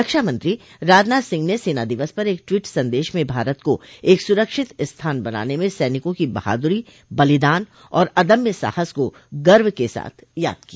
रक्षामत्री राजनाथ सिंह ने सेना दिवस पर एक ट्वीट संदेश में भारत को एक सुरक्षित स्थान बनाने में सैनिकों की बहादुरी बलिदान और अदम्य साहस को गर्व के साथ याद किया